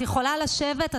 את יכולה לשבת.